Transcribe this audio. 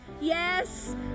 Yes